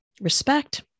respect